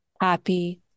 happy